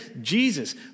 Jesus